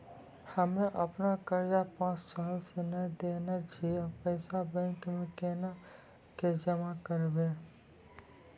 हम्मे आपन कर्जा पांच साल से न देने छी अब पैसा बैंक मे कोना के जमा करबै?